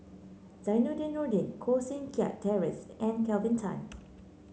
Zainudin Nordin Koh Seng Kiat Terence and Kelvin Tan